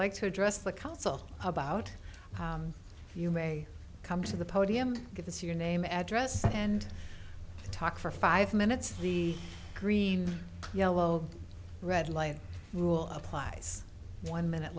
like to address the council about you may come to the podium give us your name address and talk for five minutes the green yellow red light rule applies one minute